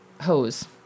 hose